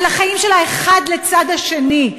על החיים שלה אחד לצד השני.